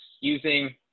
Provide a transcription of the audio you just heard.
using